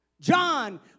John